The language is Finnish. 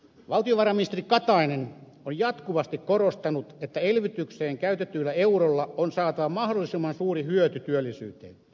valtiovarainministeri katainen on jatkuvasti korostanut että elvytykseen käytetyllä eurolla on saatava mahdollisimman suuri hyöty työllisyyteen